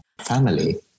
family